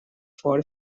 for